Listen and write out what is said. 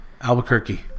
Albuquerque